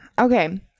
Okay